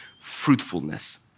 fruitfulness